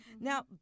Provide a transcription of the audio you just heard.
Now